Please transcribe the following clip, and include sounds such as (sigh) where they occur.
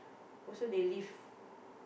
also they live (breath)